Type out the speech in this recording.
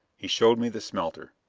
he showed me the smelter,